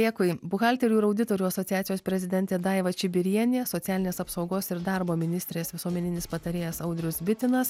dėkui buhalterių ir auditorių asociacijos prezidentė daiva čibirienė socialinės apsaugos ir darbo ministrės visuomeninis patarėjas audrius bitinas